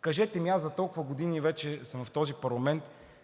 Кажете ми: аз за толкова години вече съм в този парламент